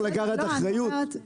אבל צריך לקחת אחריות.